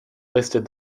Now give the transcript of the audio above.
listed